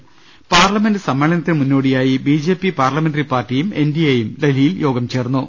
് പാർലമെന്റ് സമ്മേളനത്തിന് മുന്നോടിയായി B J P parliamentary പാർട്ടിയും എൻ ഡി എയും ഡൽഹിയിൽ യോഗം ചേർന്നു